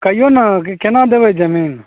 कहियौ ने कि केना देबै जमीन